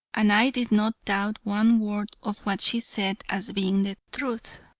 and i did not doubt one word of what she said as being the truth.